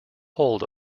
hold